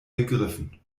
begriffen